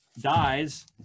dies